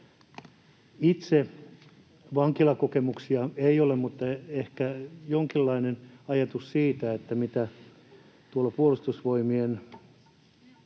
ole vankilakokemuksia mutta ehkä jonkinlainen ajatus siitä: Puolustusvoi-mien